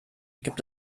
gibt